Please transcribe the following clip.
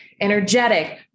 energetic